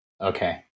okay